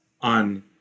on